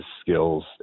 skills